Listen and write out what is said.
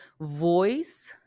voice